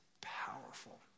powerful